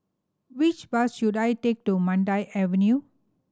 which bus should I take to Mandai Avenue